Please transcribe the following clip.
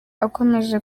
akomeje